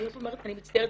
אני מצטערת,